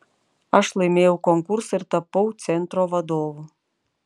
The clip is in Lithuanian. aš laimėjau konkursą ir tapau centro vadovu